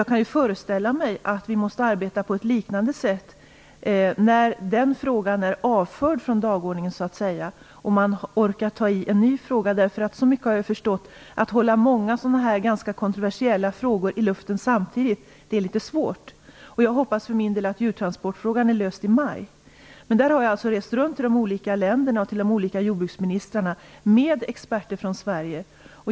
Jag kan föreställa mig att vi måste arbeta på ett liknande sätt när den frågan är avförd från dagordningen och när vi orkar ta itu med en ny fråga. Så mycket har jag förstått att det är litet svårt att hålla många sådana här ganska kontroversiella frågor i luften samtidigt. Jag hoppas för min del att djurtransportfrågan skall vara löst i maj. Jag har rest runt till de olika länderna och deras jordbruksministrar med experter från Sverige.